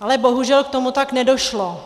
ale bohužel k tomu tak nedošlo.